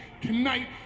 tonight